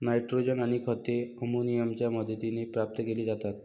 nitrogen आणि खते अमोनियाच्या मदतीने प्राप्त केली जातात